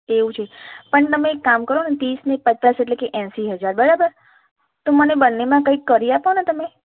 એવું છે પણ તમે એક કામ કરો ને ત્રીસ ને પચાસ એટલે કે એંશી હજાર બરાબર તો મને બંનેમાં કંઈક કરી આપો ને તમે